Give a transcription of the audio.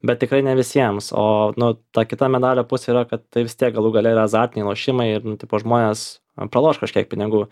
bet tikrai ne visiems o nu ta kita medalio pusė yra kad tai vis tiek galų gale yra azartiniai lošimai ir nu tipo žmonės praloš kažkiek pinigų